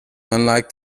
unlike